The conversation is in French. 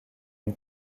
une